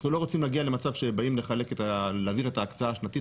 אנחנו לא רוצים להגיע למצב שבאים להעביר את ההקצאה השנתית